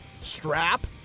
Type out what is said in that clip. strap